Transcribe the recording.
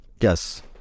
Yes